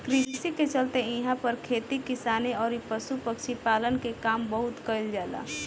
कृषि के चलते इहां पर खेती किसानी अउरी पशु पक्षी पालन के काम बहुत कईल जाला